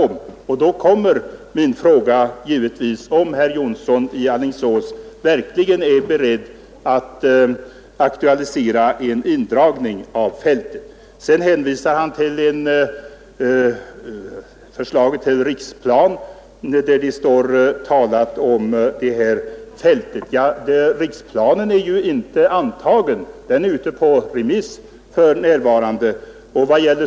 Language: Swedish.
Min fråga blir då givetvis om herr Jonsson verkligen är beredd att aktualisera en indragning av fältet. Herr Jonsson hänvisar till förslaget om riksplan, där det står talat om Remmene skjutfält. Men riksplanen är inte antagen; den är ute på remiss för närvarande.